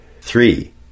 Three